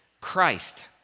Christ